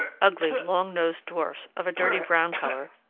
ugly, long-nosed dwarfs, of a dirty brown color,